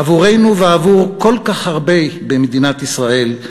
עבורנו ועבור רבים כל כך במדינת ישראל,